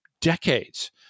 decades